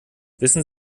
wissen